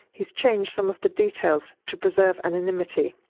he's changed some of the details to preserve anonymity.